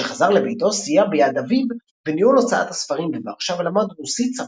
כאשר חזר לביתו סייע ביד אביו בניהול הוצאת הספרים בוורשה ולמד רוסית,